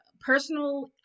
personal